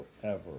forever